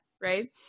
right